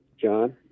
John